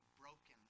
broken